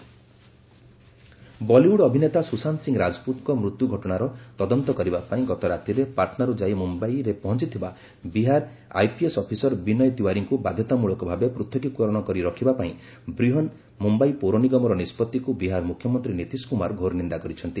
Bihar CM BMC decision Bollywood ଅଭିନେତା ସୁଶାନ୍ତ ସିଂ ରାଜପୁତ୍ଙ୍କ ମୃତ୍ୟୁ ଘଟଣାର ତଦନ୍ତ କରିବା ପାଇଁ ଗତରାତିରେ ପାଟନାରୁ ଯାଇ ମୁମ୍ୟାଇରେ ପହଞ୍ଚଥିବା ବିହାର ଆଇପିଏସ୍ ଅଫିସର ବିନୟ ତିୱାରୀଙ୍କୁ ବାଧ୍ୟତାମୂଳକ ଭାବେ ପୂଥକୀକରଣ କରି ରଖିବା ପାଇଁ ବ୍ରିହନ ମୁମ୍ଭାଇ ପୌରନିଗମର ନିଷ୍ପଭିକୁ ବିହାର ମୁଖ୍ୟମନ୍ତ୍ରୀ ନୀତିଶ କୁମାର ଘୋର ନିନ୍ଦା କରିଛନ୍ତି